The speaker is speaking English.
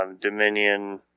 Dominion